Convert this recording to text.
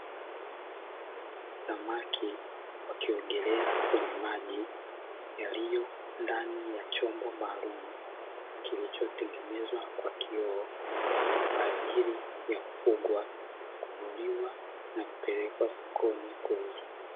Samaki wakiogelea kwenye maji yaliyo ndani ya chombo maalumu kilichotengenezwa kwa kioo kwa ajili ya kufugwa, kuvuliwa na kupelekwa sokoni kuuzwa.